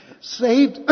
saved